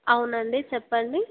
అవునండి చెప్పండి